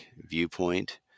viewpoint